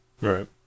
right